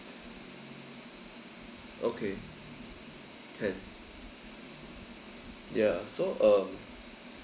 okay can ya so um